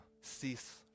cease